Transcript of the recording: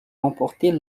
remporter